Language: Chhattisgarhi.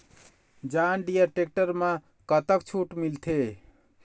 जॉन डिअर टेक्टर म कतक छूट मिलथे?